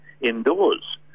indoors